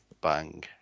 Bang